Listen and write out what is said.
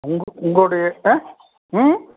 உங்கள் உங்களுடைய ஆ ம்